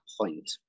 point